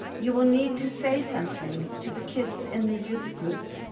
you will need to say something to the kids in the youth group,